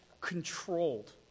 controlled